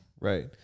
Right